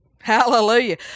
Hallelujah